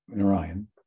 Orion